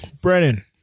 Brennan